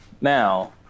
Now